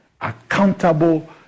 accountable